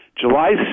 July